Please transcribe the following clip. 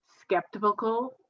skeptical